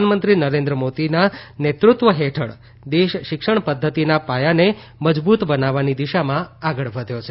પ્રધાનમંત્રી નરેન્દ્ર મોદીના નેતૃત્વ હેઠળ દેશ શિક્ષણ પદ્ધતિના પાયાને મજબૂત બનાવવાની દિશામાં આગળ વધ્યો છે